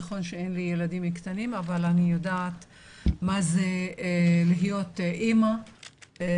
נכון שאין לי ילדים קטנים אבל אני יודעת מה זה להיות אימא לתינוק,